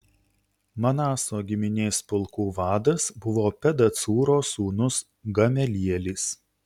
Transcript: manaso giminės pulkų vadas buvo pedacūro sūnus gamelielis